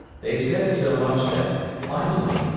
they said so much that, finally,